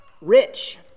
rich